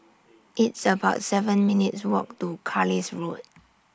It's about seven minutes' Walk to Carlisle Road